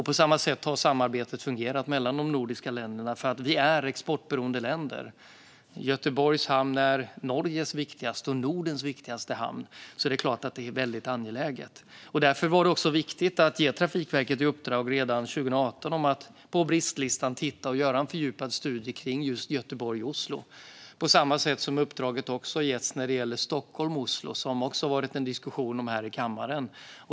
På samma sätt har samarbetet fungerat mellan de nordiska länderna. Vi är exportberoende länder. Göteborgs hamn är Norges och Nordens viktigaste hamn, så det är klart att det är väldigt angeläget. Därför var det viktigt att ge Trafikverket i uppdrag redan 2018 att titta på bristlistan och göra en fördjupad studie om just Göteborg-Oslo. På samma sätt har ett uppdrag getts när det gäller Stockholm-Oslo, som det också varit en diskussion om här i kammaren.